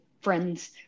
friends